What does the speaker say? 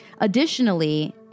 Additionally